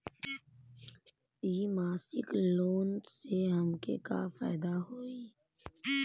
इ मासिक लोन से हमके का फायदा होई?